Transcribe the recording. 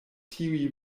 tiuj